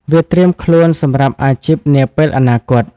វាត្រៀមខ្លួនសម្រាប់អាជីពនាពេលអនាគត។